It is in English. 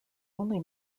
only